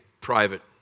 private